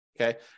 Okay